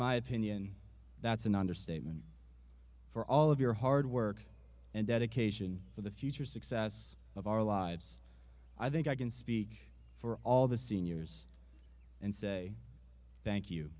my opinion that's an understatement for all of your hard work and dedication for the future success of our lives i think i can speak for all the seniors and say thank you